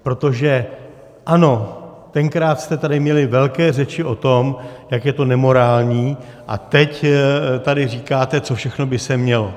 Protože ano, tenkrát jste tady měli velké řeči o tom, jak je to nemorální, a teď tady říkáte, co všechno by se mělo.